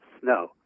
snow